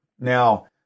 Now